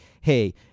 hey